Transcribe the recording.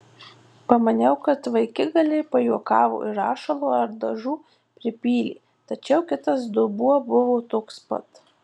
pamaniau kad vaikigaliai pajuokavo ir rašalo ar dažų pripylė tačiau kitas dubuo buvo toks pats